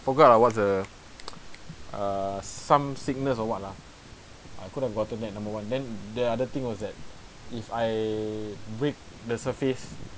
forgot ah what's the uh some sickness or what lah I could have gotten that number one then the other thing was that if I break the surface